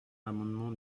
l’amendement